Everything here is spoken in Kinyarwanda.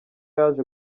yaje